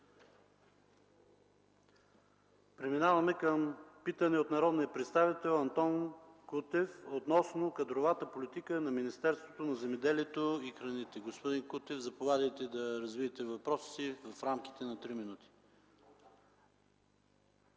Преминаваме към питане от народния представител Антон Кутев – относно кадровата политика на Министерството на земеделието и храните. Господин Кутев, заповядайте да развиете питането си в рамките на 3 минути.